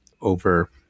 over